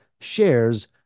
shares